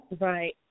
Right